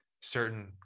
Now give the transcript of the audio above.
certain